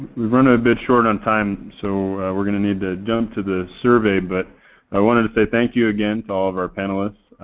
we've run a bit short on time so we're going to need to jump to the survey. but i wanted to say thank you again to all of our panelists.